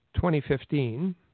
2015